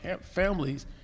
families